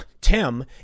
Tim